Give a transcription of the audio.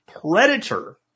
predator